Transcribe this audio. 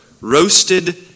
roasted